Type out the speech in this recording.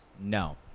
No